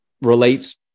relates